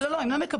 לא, הם לא מקבלים.